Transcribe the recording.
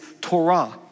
Torah